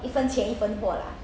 一分钱一分货 lah